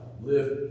Live